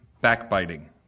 backbiting